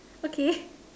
okay